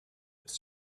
its